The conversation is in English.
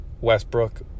Westbrook